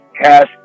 cast